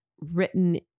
written